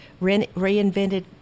reinvented